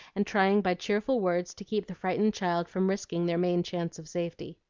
and trying by cheerful words to keep the frightened child from risking their main chance of safety.